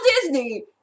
Disney